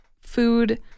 food